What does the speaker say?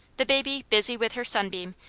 the baby, busy with her sunbeam,